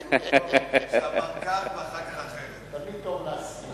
שיצטטו אותו שעמד כאן ואחר כך אמר דברים אחרת.